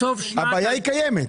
הבעיה קיימת.